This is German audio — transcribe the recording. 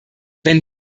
wenn